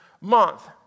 month